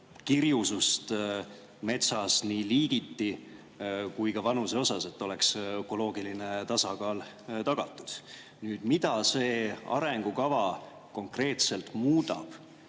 kirjusust metsas nii liigiti kui ka vanuse poolest, et oleks ökoloogiline tasakaal tagatud. Mida see arengukava konkreetselt muudab